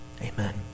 Amen